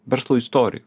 verslo istorijų